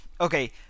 okay